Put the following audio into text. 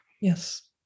Yes